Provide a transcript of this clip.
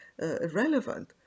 relevant